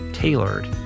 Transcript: Tailored